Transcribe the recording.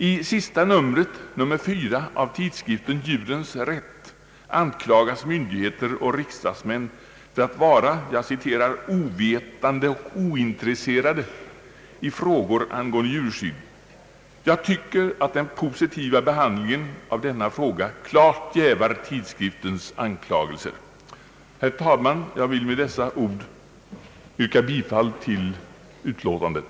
I senaste numret, nr 4, av tidskriften Djurens Rätt anklagas myndigheter och riksdagsmän för att vara »ovetande och ointresserade» i frågor angående djurskydd. Jag tycker att den positiva behandlingen av denna fråga klart jävar tidskriftens anklagelse. Herr talman! Jag vill med dessa ord yrka bifall till utlåtandet.